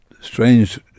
strange